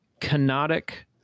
canonic